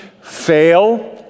fail